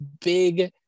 big